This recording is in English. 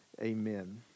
Amen